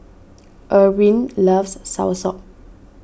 Irwin loves Soursop